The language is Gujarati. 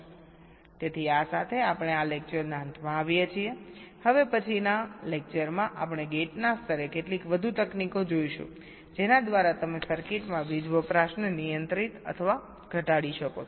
તેથી આ સાથે આપણે આ લેકચરના અંતમાં આવીએ છીએ હવે પછીના લેકચરમાં આપણે ગેટના સ્તરે કેટલીક વધુ તકનીકો જોઈશું જેના દ્વારા તમે સર્કિટમાં વીજ વપરાશને નિયંત્રિત અથવા ઘટાડી શકો છો